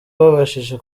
babashije